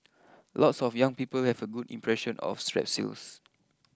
lots of young people have a good impression of Strepsils